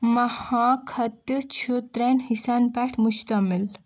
مہا خَطہٕ چھُ ترٛٮ۪ن حِصن پٮ۪ٹھ مُشتمِل